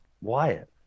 Wyatt